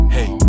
Hey